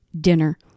dinner